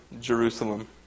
Jerusalem